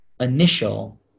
initial